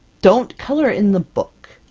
don't color in the book,